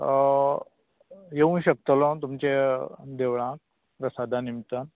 येवूंक शकतलो तुमच्या देवळांत प्रसादा निमतान